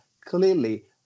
Clearly